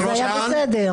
כך הבנתם?